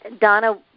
Donna –